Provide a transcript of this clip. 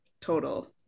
total